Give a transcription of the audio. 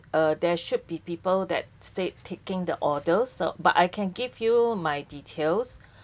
uh there should be people that state taking the order so but I can give you my details